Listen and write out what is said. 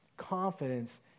confidence